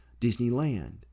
disneyland